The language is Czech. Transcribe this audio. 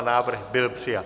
Návrh byl přijat.